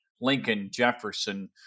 Lincoln-Jefferson